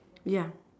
ya